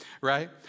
Right